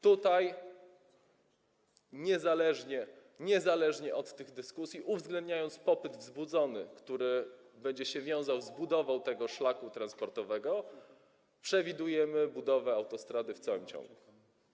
Tutaj niezależnie od tych dyskusji, uwzględniając popyt wzbudzony, który będzie się wiązał z budową tego szlaku transportowego, przewidujemy budowę autostrady w całym ciągu.